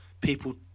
people